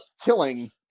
killing